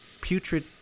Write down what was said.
Putrid